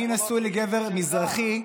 אני נשוי לגבר מזרחי,